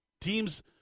Teams